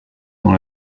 dans